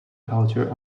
culture